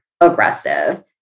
aggressive